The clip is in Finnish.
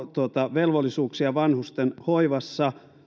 velvollisuksiaan vanhusten hoivassa